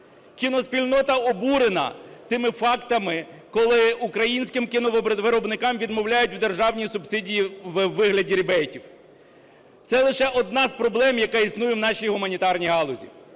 Кіноспільнота обурена тими фактами, коли українським кіновиробникам відмовляють в державній субсидії у вигляді рібейтів. Це лише одна з проблем, яка існує в нашій гуманітарній галузі.